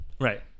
Right